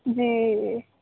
जी